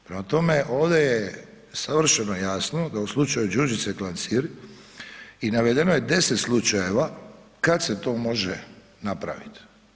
Prema tome ovdje je savršeno jasno da u slučaju Đurđice Klancir i navedeno je 10 slučajeva kad se to može napravit.